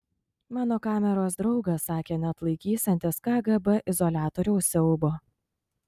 mano kameros draugas sakė neatlaikysiantis kgb izoliatoriaus siaubo